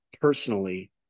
personally